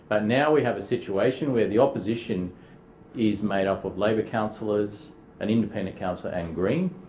ah now we have a situation where the opposition is made up of labor councillors, and independent councillor and green.